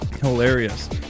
Hilarious